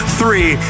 three